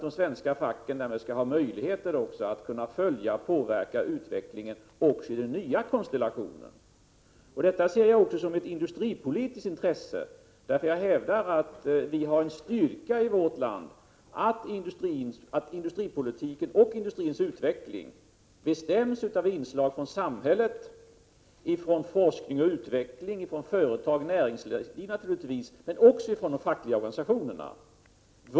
De svenska facken skall ha möjligheter att följa och påverka utvecklingen även när det gäller nya konstellationer. Detta anser jag också vara ett industripolitiskt intresse. Jag hävdar att vi har en styrka i vårt land så till vida att industripolitiken och industrins utveckling bestäms av olika inslag i samhället, av forskning och utveckling och, naturligtvis, av företag och näringsliv. Men industripolitiken bestäms också av de fackliga organisationerna.